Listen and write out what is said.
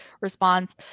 response